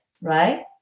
Right